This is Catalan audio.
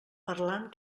parlant